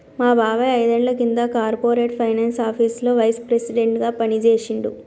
మా బాబాయ్ ఐదేండ్ల కింద కార్పొరేట్ ఫైనాన్స్ ఆపీసులో వైస్ ప్రెసిడెంట్గా పనిజేశిండు